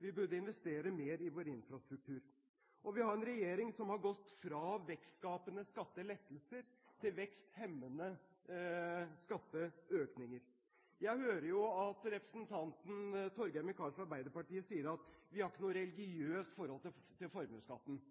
vi burde investere mer i vår infrastruktur. Og vi har en regjering som har gått fra vekstskapende skattelettelser til veksthemmende skatteøkninger. Jeg hører jo at representanten Torgeir Micaelsen fra Arbeiderpartiet sier: Vi har ikke noe religiøst forhold til formuesskatten.